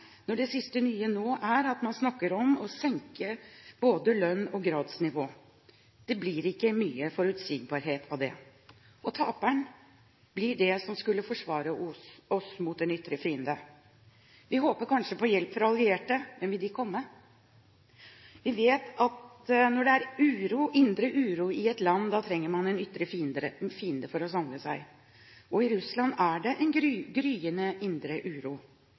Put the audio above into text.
når det siste nye nå er at man snakker om å senke både lønn og gradsnivå. Det blir ikke mye forutsigbarhet av det. Taperen blir det som skulle forsvare oss mot en ytre fiende. Vi håper kanskje på hjelp fra allierte, men vil de komme? Vi vet at når det er indre uro i et land, trenger man en ytre fiende for å samle seg. I Russland er det en gryende indre uro,